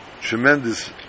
tremendous